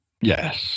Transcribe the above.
yes